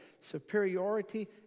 superiority